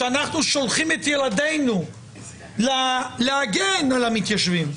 ששולחים את ילדנו להגן על המתיישבים,